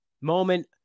moment